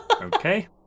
Okay